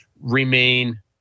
remain